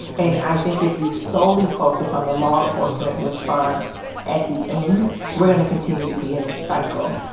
and i think if we solely focus on the law enforcement response at the end we're gonna continue to be in this cycle.